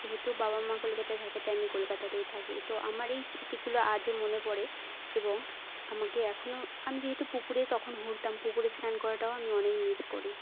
যেহেতু বাবা মা কলকাতায় থাকে তাই আমি কলকাতাতেই থাকি তো আমার এই স্মৃতিগুলো আজও মনে পড়ে এবং আমাকে এখনো আমি যেহেতু পুকুরে তখন ঘুরতাম পুকুরে স্নান করাটাও আমি অনেক মিস করি